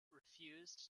refused